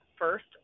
First